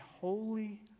holy